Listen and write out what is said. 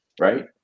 Right